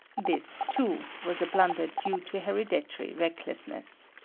this too was a blunder due to hereditary recklessness.